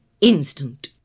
instant